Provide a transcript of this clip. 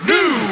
New